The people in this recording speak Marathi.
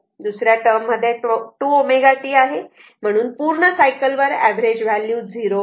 दुसऱ्या टर्म मध्ये 2 ω t आहे म्हणून पूर्ण सायकल वर एवरेज व्हॅल्यू 0 होते